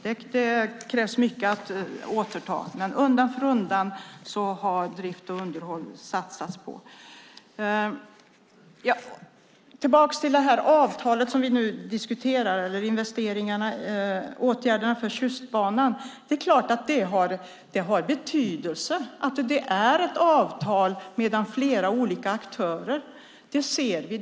Det krävs mycket, men undan för undan har det satsats på drift och underhåll. Jag ska gå tillbaka till det avtal som vi nu diskuterar när det gäller åtgärderna för Tjustbanan. Det är klart att det har betydelse att det är ett avtal mellan flera olika aktörer. Det ser vi.